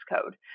code